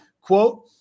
Quote